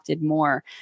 more